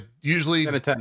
usually